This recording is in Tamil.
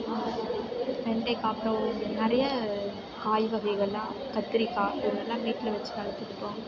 வெண்டைக்காய் அப்புறம் நிறைய காய் வகைகளெல்லாம் கத்திரிக்காய் இது மாதிரிலாம் வீட்டில் வச்சு வளர்த்துக்கிட்டோம்